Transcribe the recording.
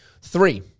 Three